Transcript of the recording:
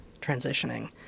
transitioning